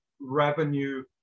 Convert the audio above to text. revenue